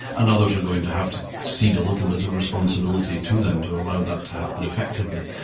and others are going to have to cede a little bit of responsibility to them to allow that to happen effectively.